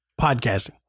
podcasting